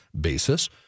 basis